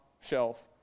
shelf